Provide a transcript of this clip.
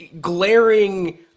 glaring